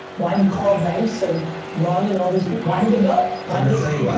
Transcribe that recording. why did carl banks and run and all these people, why did they go? i'm gonna tell you why.